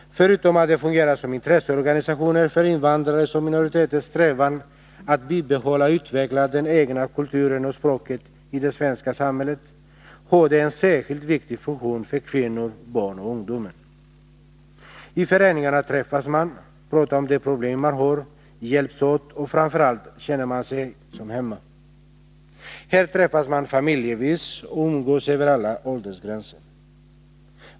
Förutom att de fungerar som intresseorganisationer för invandrares och minoriteters strävan att bibehålla och utveckla den egna kulturen och det egna språket i det svenska samhället, har de en särskilt viktig funktion för kvinnorna, barnen och ungdomen. I föreningarna träffas man, pratar om de problem man har, man hjälps åt och framför allt känner man sig som hemma. Här träffas man familjevis och umgås över alla åldersgränser.